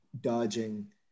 dodging